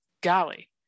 golly